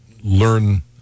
learn